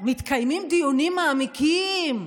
מתקיימים דיונים מעמיקים,